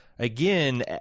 Again